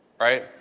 right